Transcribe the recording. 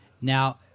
Now